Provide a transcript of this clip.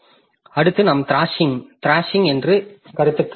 அடுத்து நாம் த்ராஷிங் என்ற கருத்துக்கு வருகிறோம்